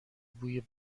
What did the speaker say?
بوی